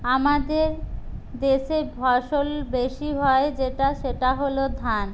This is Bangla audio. আমাদের দেশে ফসল বেশি হয় যেটা সেটা হল ধান